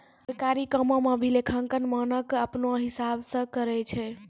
सरकारी कामो म भी लेखांकन मानक अपनौ हिसाब स काम करय छै